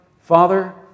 Father